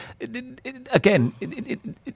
Again